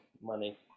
money